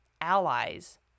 allies